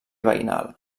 veïnal